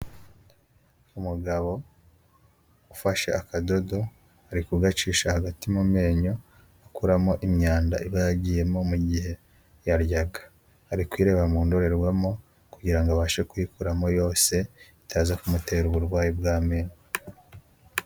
Umugabo ufashe akadodo, ari kugacisha hagati mu menyo, akuramo imyanda iba yagiyemo mu mugihe yaryaga. Ari kwireba mu ndorerwamo, kugira ngo abashe kuyikuramo yose, itaza kumutera uburwayi bw'amenyo.